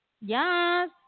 Yes